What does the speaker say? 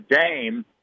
Dame